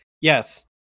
yes